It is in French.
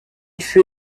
fut